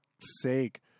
sake